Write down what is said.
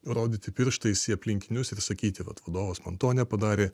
rodyti pirštais į aplinkinius ir sakyti kad vadovas man to nepadarė